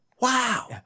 wow